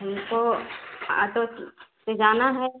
हमको आटो से जाना है